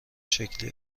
شکلی